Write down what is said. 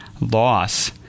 loss